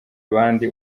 abandi